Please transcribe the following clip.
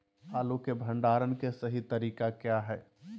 आलू के भंडारण के सही तरीका क्या है?